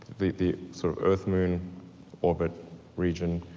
the the sort of earth moon orbit region